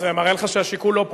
זה מראה לך שהשיקול לא פוליטי.